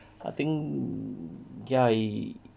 I think ya he